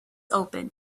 open